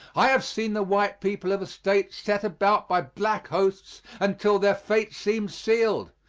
i have seen the white people of a state set about by black hosts until their fate seemed sealed.